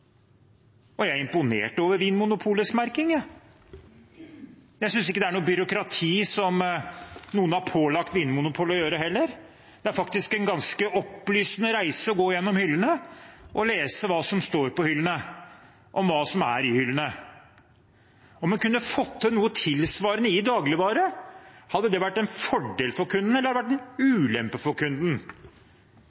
Jeg er imponert over Vinmonopolets merking, jeg. Jeg synes ikke det er noe byråkrati som noen har pålagt Vinmonopolet heller. Det er faktisk en ganske opplysende reise å gå gjennom hyllene og lese hva som står på hyllene om hva som er i hyllene. Om vi kunne fått til noe tilsvarende for dagligvarer, hadde det vært en fordel for kunden, eller hadde det vært en